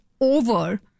over